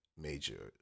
major